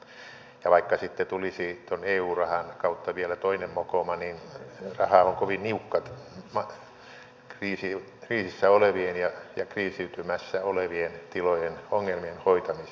ja vaikka sitten tulisi tuon eu rahan kautta vielä toinen mokoma raha on kovin niukka kriisissä olevien ja kriisiytymässä olevien tilojen ongelmien hoitamiseen